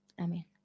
amen